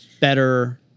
better